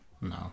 no